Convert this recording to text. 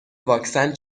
واکسن